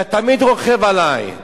אתה תמיד רוכב עלי,